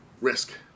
risk